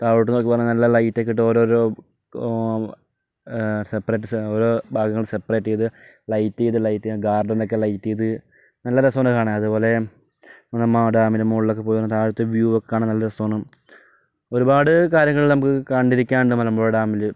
താഴോട്ട് നോക്കുമ്പോ നല്ല ലൈറ്റൊക്കെ ഇട്ട് ഓരോരോ സെപ്പറേറ്റ് ഭാഗങ്ങൾ സെപറേറ്റ് ചെയ്ത് ലൈറ്റ് ചെയ്ത് ലൈറ്റ് ഗാർഡനൊക്കെ ലൈറ്റ് ചെയ്ത് നല്ല രസാണ് കാണാൻ അതേപോലെ നമ്മള് ആ ഡാമിന് മുകളിലൊക്കെ പോയിട്ട് താഴത്തെ വ്യൂ ഒക്കെ കാണാൻ നല്ല രസോണ് ഒരുപാട് കാര്യങ്ങള് നമുക്ക് കണ്ടിരിക്കാനുണ്ട് മലമ്പുഴ ഡാമില്